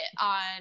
on